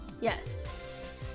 Yes